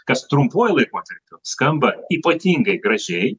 kas trumpuoju laikotarpiu skamba ypatingai gražiai